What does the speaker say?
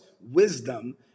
wisdom